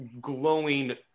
glowing